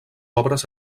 obres